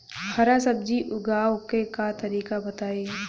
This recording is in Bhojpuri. हरा सब्जी उगाव का तरीका बताई?